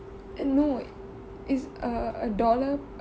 eh no it's a a dollar